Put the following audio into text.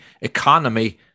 economy